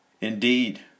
Indeed